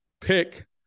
pick